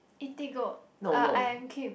Eatigo uh I am Kim